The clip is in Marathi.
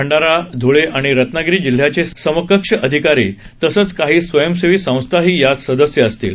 भंडारा ध्वळे आणि रत्नागिरी जिल्ह्याचे समकक्ष अधिकारी तसंच काही स्वयंसेवी संस्थाही यात सदस्य असतील